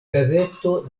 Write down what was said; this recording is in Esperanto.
gazeto